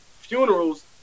funerals